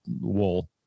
wool